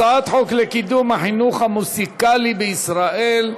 הצעת חוק לקידום החינוך המוזיקלי בישראל,